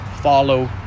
Follow